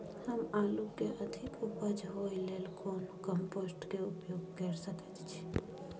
हम आलू के अधिक उपज होय लेल कोन कम्पोस्ट के उपयोग कैर सकेत छी?